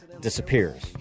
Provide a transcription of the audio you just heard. disappears